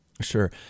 Sure